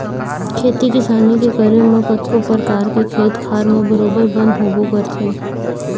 खेती किसानी के करे म कतको परकार के खेत खार म बरोबर बन होबे करथे